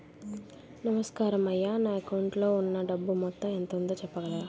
నమస్కారం అయ్యా నా అకౌంట్ లో ఉన్నా డబ్బు మొత్తం ఎంత ఉందో చెప్పగలరా?